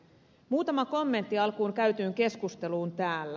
muutama kommentti alkuun käytyyn keskusteluun täällä